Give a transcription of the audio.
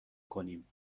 کنیم